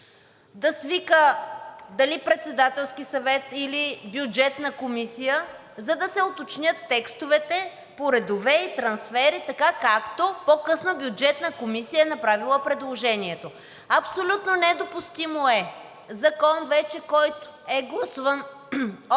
да свика дали Председателски съвет, или Бюджетна комисия, за да се уточнят текстовете по редове и трансфери, така както по-късно Бюджетната комисия е направила предложението. Абсолютно недопустимо е закон, който вече е гласуван от